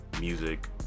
music